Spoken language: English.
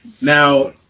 Now